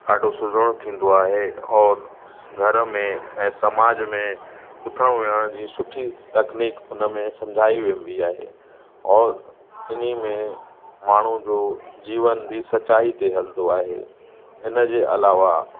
ॾाढो सुहिणो थींदो आहे और घर में ऐं समाज में उथण विहण जी सुठी तकनीक उन में सम्झाई वेंदी आहे और इन में माण्हू जो जीवन बि सचाई ते हलंदो आहे इन जे अलावा